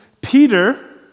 Peter